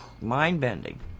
mind-bending